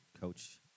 coach